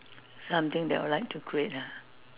something that I would like to create ah